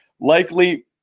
likely